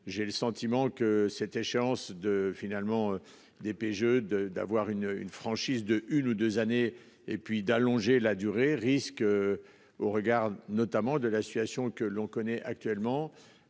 j'ai le sentiment que cette échéance de finalement des. De, d'avoir une une franchise de une ou 2 années et puis d'allonger la durée risque. Au regard notamment de la situation que l'on connaît actuellement